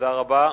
תודה רבה.